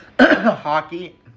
Hockey